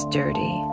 dirty